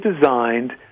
designed